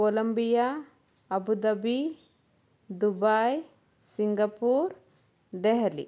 Colombia Abu Dhabi Dubai Singapore Delhi